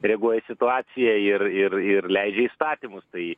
reaguoja į situaciją ir ir ir leidžia įstatymus tai